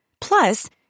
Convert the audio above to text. Plus